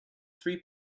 three